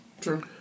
True